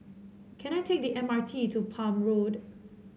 can I take the M R T to Palm Road